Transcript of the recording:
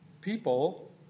People